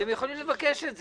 אז הם יכולים לבקש את זה,